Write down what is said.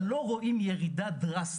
אבל לא רואים ירידה דרסטית.